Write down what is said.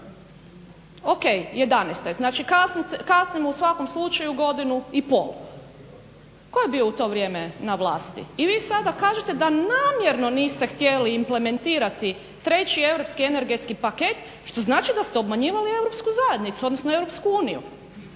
kasnite, kasnimo u svakom slučaju godinu i pol. Tko je bio u to vrijeme na vlasti? I vi sada kažete da namjerno niste htjeli implementirati 3 Europski energetski paket što znači da ste obmanjivali Europsku zajednicu, odnosno Europsku uniju